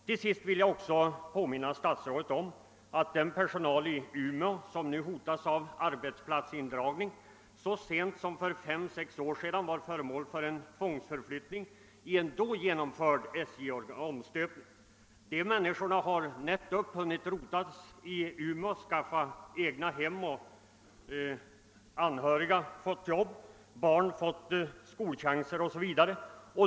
Till sist vill jag också påminna statsrådet om att den personal i Umeå, som nu hotas av arbetsplatsindragning, så sent som för fem, sex år sedan var föremål för en tvångsförflyttning i en då genomförd SJ-omstöpning. De människorna har nättopp hunnit rota sig i Umeå, men de har skaffat sig egna hem, och deras anhöriga har fått jobb, barnen har fått skolchanser o.s.v.